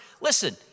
Listen